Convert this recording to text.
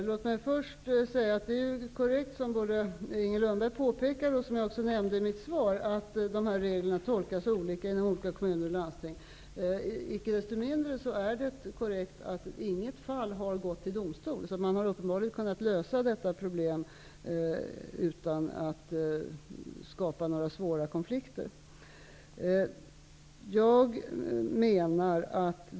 Herr talman! Det är korrekt som både Inger Lundberg påpekade och som jag nämnde i mitt svar att reglerna tolkas olika i olika kommuner och landsting. Icke desto mindre är det korrekt att inget fall har gått till domstol. Man har uppenbarligen kunnat lösa detta problem utan att skapa några svåra konflikter.